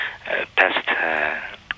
past